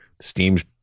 Steam's